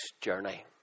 journey